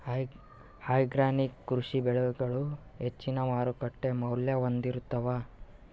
organic ಕೃಷಿ ಬೆಳಿಗಳು ಹೆಚ್ಚಿನ್ ಮಾರುಕಟ್ಟಿ ಮೌಲ್ಯ ಹೊಂದಿರುತ್ತಾವ